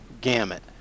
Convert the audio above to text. gamut